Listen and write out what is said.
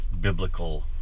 biblical